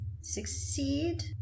succeed